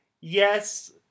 Yes